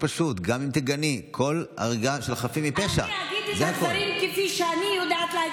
וגם יהודים ישראלים וגם פלסטינים משלמים את המחיר,